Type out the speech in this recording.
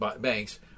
banks